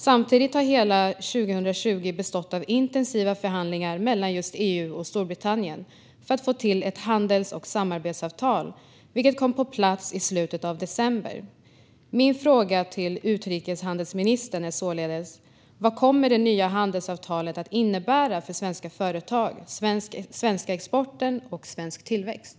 Samtidigt har hela 2020 bestått av intensiva förhandlingar mellan just EU och Storbritannien om ett handels och samarbetsavtal, vilket kom på plats i slutet av december. Min fråga till utrikeshandelsministern är således: Vad kommer det nya handelsavtalet att innebära för svenska företag, den svenska exporten och svensk tillväxt?